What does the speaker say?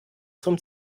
zum